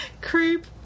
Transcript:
creep